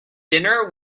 dinner